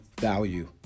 value